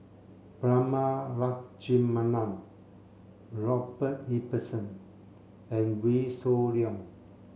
Prema Letchumanan Robert Ibbetson and Wee Shoo Leong